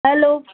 hello